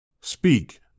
Speak